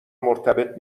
مرتبط